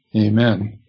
amen